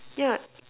yeah